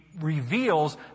reveals